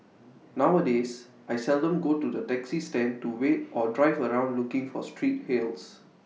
nowadays I seldom go to the taxi stand to wait or drive around looking for street hails